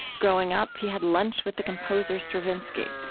growing up, he had lunch with the composer stravinsky.